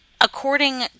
according